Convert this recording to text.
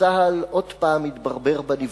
צה"ל שוב התברבר בניווט.